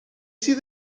sydd